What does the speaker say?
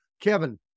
Kevin